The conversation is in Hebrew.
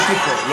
לא הייתי פה.